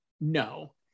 no